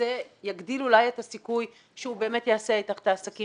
וזה יגדיל אולי את הסיכוי שהוא יעשה אתם את העסקים